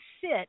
sit